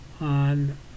on